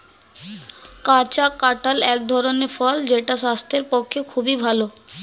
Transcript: কাঁচা কাঁঠাল এক ধরনের ফল যেটা স্বাস্থ্যের পক্ষে খুবই ভালো